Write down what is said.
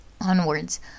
onwards